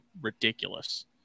ridiculous